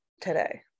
today